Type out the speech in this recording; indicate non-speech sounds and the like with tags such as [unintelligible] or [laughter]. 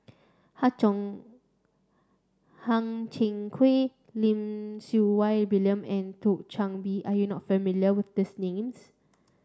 [unintelligible] Chang Hang Chang Chieh Lim Siew Wai William and Thio Chan Bee are you not familiar with these names